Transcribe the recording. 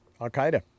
al-Qaeda